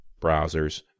browsers